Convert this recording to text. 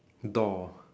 doll